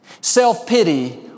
Self-pity